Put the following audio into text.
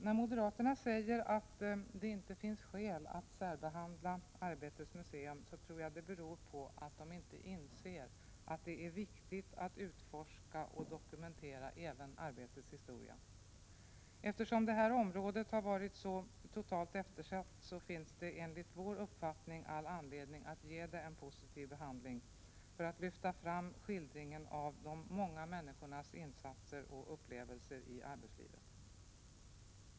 När moderaterna säger att det inte finns skäl att särbehandla Arbetets museum tror jag att det beror på att de inte inser att det är viktigt att utforska och dokumentera även arbetets historia. Eftersom det här området varit så totalt eftersatt, finns det enligt vår uppfattning all anledning att ge det en positiv behandling, för att lyfta fram en skildring av de många människornas insatser och upplevelser i arbetslivet.